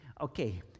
okay